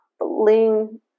Lean